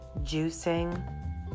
juicing